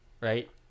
right